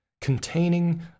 containing